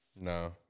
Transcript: No